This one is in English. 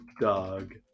dog